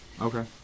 Okay